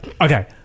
Okay